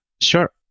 sure